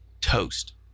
toast